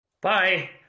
bye